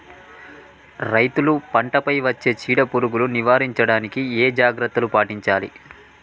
రైతులు పంట పై వచ్చే చీడ పురుగులు నివారించడానికి ఏ జాగ్రత్తలు పాటించాలి?